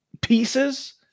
pieces